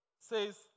says